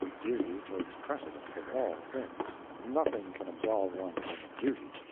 duty takes precedence of all things, nothing can absolve one from a duty,